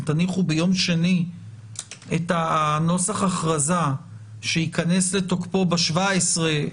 אם תניחו ביום שני את נוסח ההכרזה שייכנס לתוקפו ב-17,